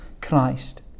Christ